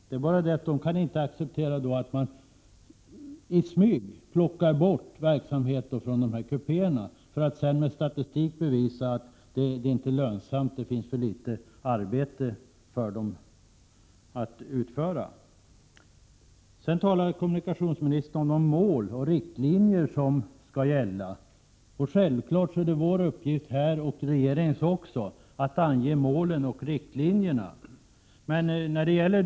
Det är bara det att personalen inte kan acceptera att man i smyg plockar bort verksamhet från de här kupéerna, för att sedan med statistik bevisa att verksamheten inte är lönsam — det finns för litet arbete att utföra. Kommunikationsministern talar om de mål och de riktlinjer som skall gälla. Självfallet är det vår uppgift här i riksdagen, och även regeringens uppgift, att ange målen och riktlinjerna. Men med tanke på de krav som Prot.